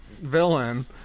villain